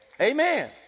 Amen